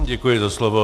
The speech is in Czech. Děkuji za slovo.